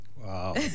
Wow